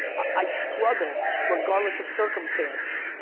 i struggle, regardless of circumstance,